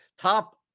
top